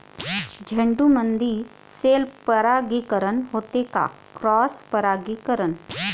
झेंडूमंदी सेल्फ परागीकरन होते का क्रॉस परागीकरन?